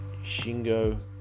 shingo